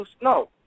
No